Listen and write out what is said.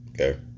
Okay